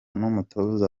n’umutoza